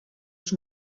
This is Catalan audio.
els